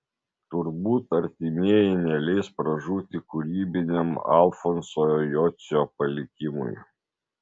turbūt artimieji neleis pražūti kūrybiniam alfonso jocio palikimui